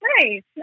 Nice